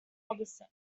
hobson